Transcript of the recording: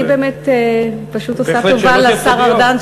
אני באמת פשוט עושה טובה לשר ארדן,